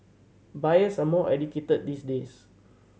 buyers are more educated these days